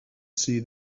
see